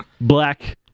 black